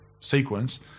sequence